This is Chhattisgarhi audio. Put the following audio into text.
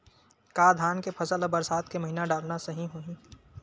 का धान के फसल ल बरसात के महिना डालना सही होही?